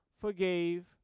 forgave